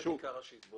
זה חקיקה ראשית.